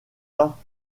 pas